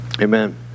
Amen